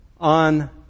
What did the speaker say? on